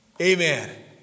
Amen